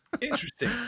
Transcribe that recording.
Interesting